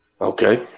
Okay